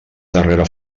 darrera